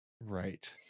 Right